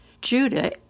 Judah